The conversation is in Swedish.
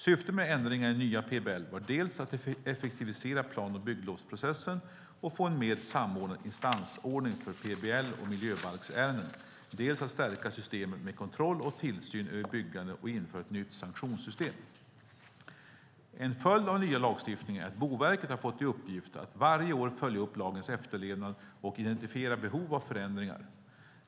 Syftet med ändringarna i nya PBL var dels att effektivisera plan och bygglovsprocessen och få en mer samordnad instansordning för PBL och miljöbalksärenden, dels att stärka systemet med kontroll och tillsyn över byggandet och införa ett nytt sanktionssystem. En följd av den nya lagstiftningen är att Boverket har fått i uppgift att varje år följa upp lagens efterlevnad och identifiera behov av förändringar.